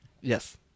Yes